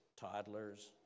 toddlers